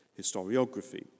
historiography